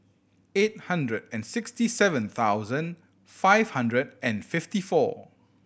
eight hundred and sixty seven thousand five hundred and fifty four